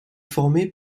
formés